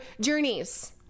journeys